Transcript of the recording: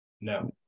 No